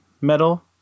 metal